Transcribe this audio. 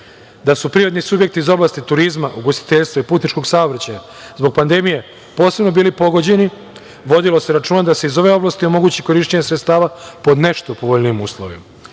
da su privredni subjekti iz oblasti turizma, ugostiteljstva i putničkog saobraćaja zbog pandemije posebno bili pogođeni, vodilo se računa da se iz ove oblasti omogući korišćenje sredstava po nešto povoljnijim uslovima.